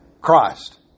Christ